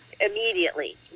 immediately